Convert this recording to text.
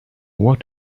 what